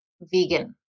vegan